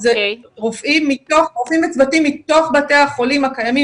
זה רופאים וצוותים מתוך בתי החולים הקיימים